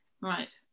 right